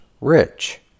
rich